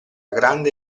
grande